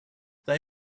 they